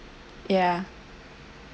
ya